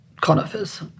conifers